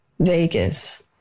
Vegas